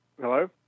Hello